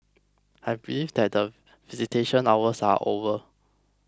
I believe that the visitation hours are over